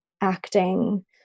acting